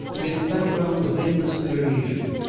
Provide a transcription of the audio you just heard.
against backgrounds of endless variation.